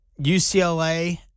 UCLA